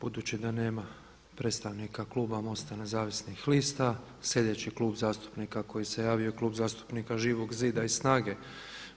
Budući da nema predstavnika kluba MOST-a nezavisnih lista sljedeći Klub zastupnika koji se javio je klub zastupnika Živog zida i SNAGA-e.